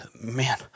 man